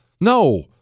No